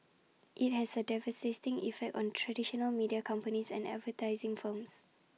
IT has had A devastating effect on traditional media companies and advertising firms